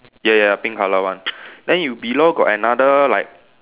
ya ya pink colour one then you below got another like